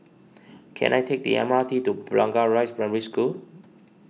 can I take the M R T to Blangah Rise Primary School